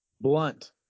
Blunt